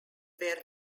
were